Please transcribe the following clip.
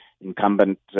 incumbent